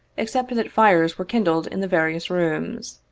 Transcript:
except that fires were kindled in the various rooms.